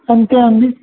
అంతే అండి